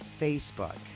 Facebook